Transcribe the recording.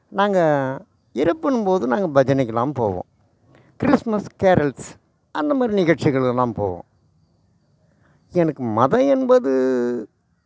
நாங்கள் இறப்பினும்போது நாங்கள் பஜனைக்குலாம் போவோம் கிறிஸ்மஸ் கேரல்ஸ் அந்த மாதிரி நிகழ்ச்சிகளுக்குலாம் போவோம் எனக்கு மதம் என்பது